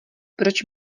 proč